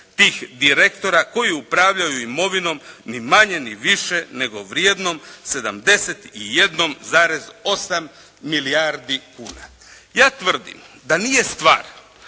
tih direktora koji upravljaju imovinom ni manje ni više nego vrijednom 71,8 milijardi kuna. Ja tvrdim da nije stvar